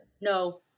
no